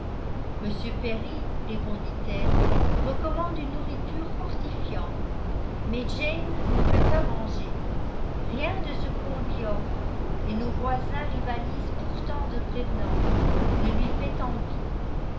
m perry répondit-elle recommande une nourriture fortifiante mais jane ne veut pas manger rien de ce qu'on lui offre et nos voisins rivalisent pourtant de prévenances ne lui fait envie